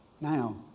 Now